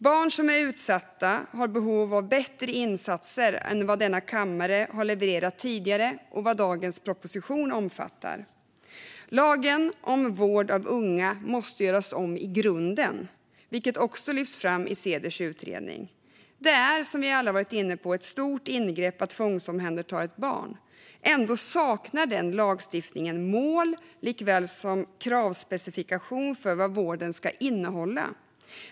Barn som är utsatta har behov av bättre insatser än vad denna kammare levererat tidigare och vad dagens proposition omfattar. Lagen om vård av unga måste göras om i grunden, vilket också lyfts fram i Ceders utredning. Det är, som vi alla varit inne på, ett stort ingrepp att tvångsomhänderta ett barn. Ändå saknar den lagstiftningen mål likaväl som kravspecifikation för vad vården ska innehålla.